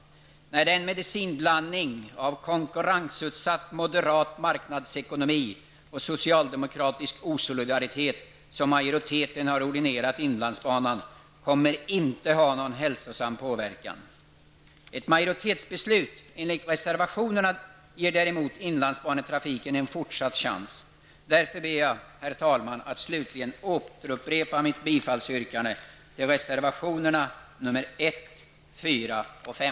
Nej, den medicinblandning av konkurrensutsatt moderat marknadsekonomi och socialdemokratisk osolidaritet som majoriteten har ordinerat inlandsbanan kommer inte att ha någon hälsosam påverkan. Ett majoritesbeslut enligt reservationerna ger däremot inlandsbanetrafiken en fortsatt chans. Därför ber jag, herr talman, att slutligen återupprepa mitt bifallsyrkande till reservationerna nr 1, 4 och 5.